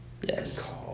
Yes